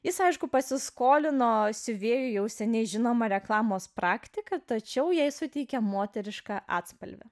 jis aišku pasiskolino siuvėjo jau seniai žinoma reklamos praktika tačiau jai suteikia moterišką atspalvį